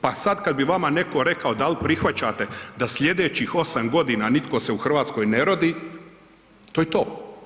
Pa sad kad bi vama netko rekao da li prihvaćate da sljedećih 8 godina nitko se u Hrvatskoj ne rodi, to je to.